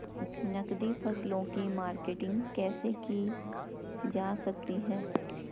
नकदी फसलों की मार्केटिंग कैसे की जा सकती है?